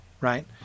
right